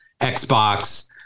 Xbox